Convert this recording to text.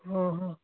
ਹਾਂ ਹਾਂ